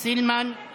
זה שהוא גר